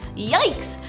yikes!